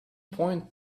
point